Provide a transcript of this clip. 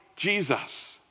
Jesus